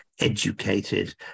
educated